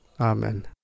Amen